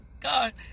God